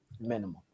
minimum